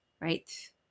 right